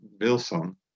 Wilson